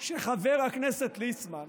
שחבר הכנסת ליצמן,